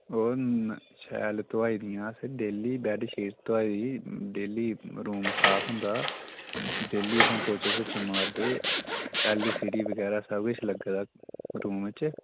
ओह् न शैल धोहाई दियां असें डेली बैड शीट धोहाई डेली बेड रूम साफ़ होंदा डेली असें पोचा शोचा मारदे एल सी डी बगैरा सब किश लग्गे दा रूम च